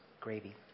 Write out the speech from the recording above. gravy